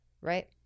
Right